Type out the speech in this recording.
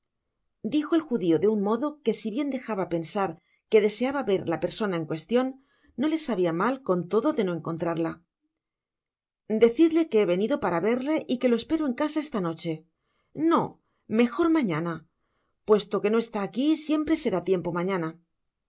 dijo el judio de un modo que si bien dejaba pensar que deseaba ver la persona en cuestion no le sabia mal con todo de no encontrarla decidle que he venido para verle y que lo espero en casa esta noche no mejor mañana puesto que no está aqui siempre será tiempo mañana